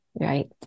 right